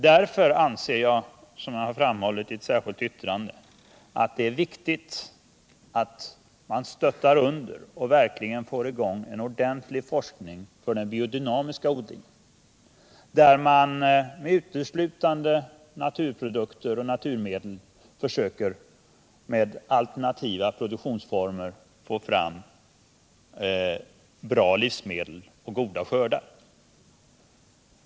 Därför anser jag, som jag framhållit i ett särskilt yttrande, att det är viktigt att man verkligen får i gång och stöttar en ordentlig forskning när det gäller den biodynamiska odlingen, där man uteslutande med naturmedel och med alternativa produktionsformer försöker få fram bra livsmedel och goda skördar.